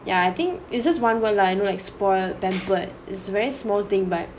yeah I think it's just one one line right spoiled pampered it's very small thing but